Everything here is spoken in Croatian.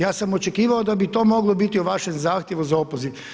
Ja sam očekivao da bi to moglo biti u vašem zahtjevu za opoziv.